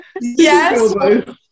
Yes